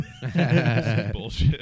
Bullshit